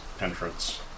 entrance